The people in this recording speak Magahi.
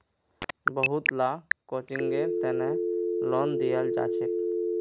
बहुत ला कोचिंगेर तने लोन दियाल जाछेक